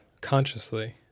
consciously